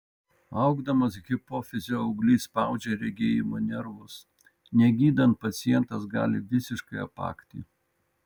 augdamas hipofizio auglys spaudžia regėjimo nervus negydant pacientas gali visiškai apakti